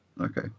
Okay